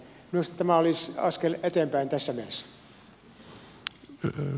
minusta tämä olisi askel eteenpäin tässä mielessä